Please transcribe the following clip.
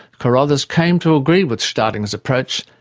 carothers came to agree with staudinger's approach,